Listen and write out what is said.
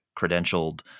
credentialed